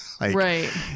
right